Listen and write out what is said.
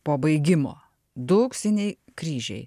po baigimo du auksiniai kryžiai